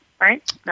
right